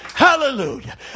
Hallelujah